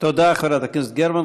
תודה, חברת הכנסת גרמן.